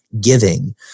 giving